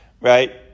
right